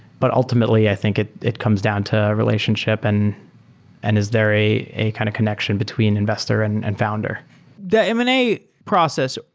but ultimately, i think it it comes down to relationship and and is there a a kind of connection between investor and and founder the m and a process.